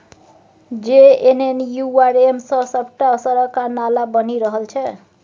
JNNURM सँ सभटा सड़क आ नाला बनि रहल छै